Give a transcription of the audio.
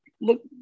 look